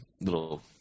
little